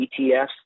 ETFs